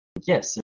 Yes